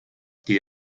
die